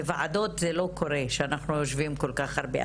בוועדות זה לא קורה שאנחנו יושבים כל כך הרבה.